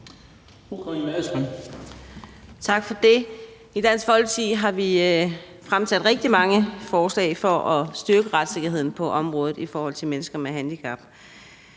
Tak for det. I Dansk Folkeparti har vi fremsat rigtig mange forslag for at styrke retssikkerheden på området i forhold til mennesker med handicap.